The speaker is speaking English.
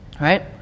right